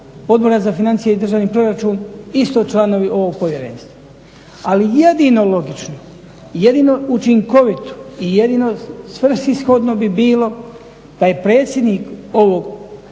Odbora za financije i državni proračun, isto članovi ovog povjerenstva. Ali jedino logično, jedino učinkovito i jedino svrsishodno bi bilo da je predsjednik ovog